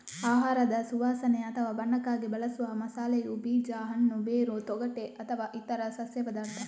ಆಹಾರದ ಸುವಾಸನೆ ಅಥವಾ ಬಣ್ಣಕ್ಕಾಗಿ ಬಳಸುವ ಮಸಾಲೆಯು ಬೀಜ, ಹಣ್ಣು, ಬೇರು, ತೊಗಟೆ ಅಥವಾ ಇತರ ಸಸ್ಯ ಪದಾರ್ಥ